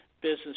business